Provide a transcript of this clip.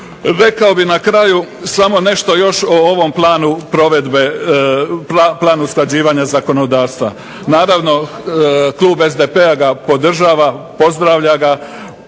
Rekao bih na kraju samo nešto još o ovom Planu usklađivanja zakonodavstva. Naravno, klub SDP-a ga podržava, pozdravlja ga,